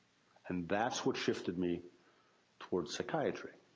and, that's what shifted me towards psychiatry.